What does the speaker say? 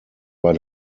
bei